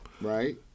Right